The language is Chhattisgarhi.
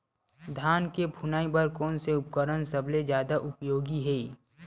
धान के फुनाई बर कोन से उपकरण सबले जादा उपयोगी हे?